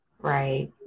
right